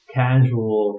casual